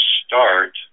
start